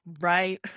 Right